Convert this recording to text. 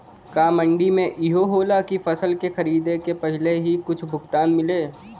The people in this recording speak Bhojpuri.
का मंडी में इहो होला की फसल के खरीदे के पहिले ही कुछ भुगतान मिले?